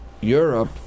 Europe